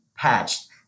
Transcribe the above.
Patched